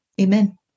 Amen